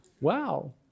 Wow